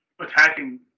attacking